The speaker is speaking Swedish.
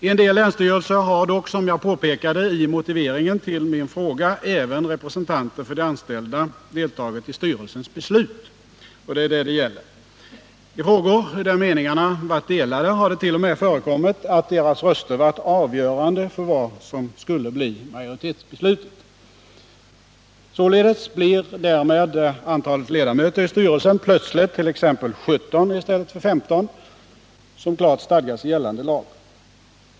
I en del länsstyrelser har dock, som jag påpekade i motiveringen till min fråga, även representanter för de anställda deltagit i styrelsens beslut. Och det är det saken gäller. I frågor där meningarna har varit delade har det t.o.m. förekommit att deras röster har varit avgörande för vad som skulle bli majoritetsbeslut. Således blir därmed antalet ledamöter i styrelsen plötsligt t.ex. 17 i stället för 15, som klart stadgas i gällande lag.